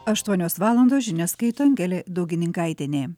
aštuonios valandos žinias skaito angelė daugininkaitienė